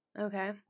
Okay